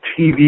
TV